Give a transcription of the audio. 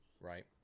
Right